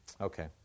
Okay